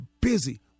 busy